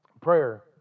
prayer